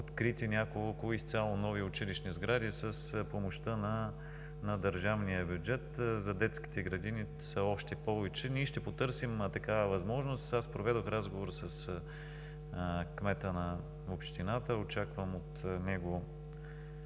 открити няколко изцяло нови училищни сгради с помощта на държавния бюджет. За детските градини са още повече. Ние ще потърсим такава възможност. Аз проведох разговор с кмета на общината, очаквам от него